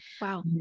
Wow